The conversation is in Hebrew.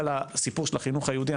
לגבי החינוך היהודי,